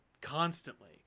constantly